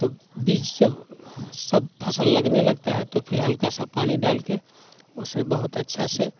तब बीज जब सब फसल लगने लगता है तो फिर हल्का सा पानी डाल के उसे बहुत अच्छा से